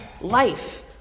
life